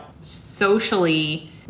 socially